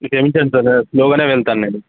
మీకు ఎం టెన్షన్ లేదు స్లోగానే వెళ్తాను నేను